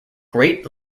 great